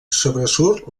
sobresurt